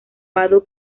vado